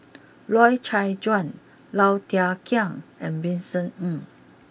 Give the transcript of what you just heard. Loy Chye Chuan Low Thia Khiang and Vincent Ng